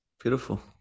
Beautiful